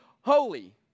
holy